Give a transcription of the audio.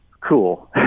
cool